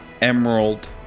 emerald